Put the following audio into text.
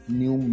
new